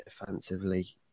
offensively